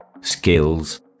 skills